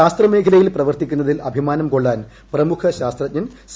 ശാസ്ത്ര മേഖലയിൽ പ്രവർത്തിക്കുന്നതിൽ അഭിമാനം കൊള്ളാൻ പ്രമുഖ ശാസ്ത്രജ്ഞൻ സി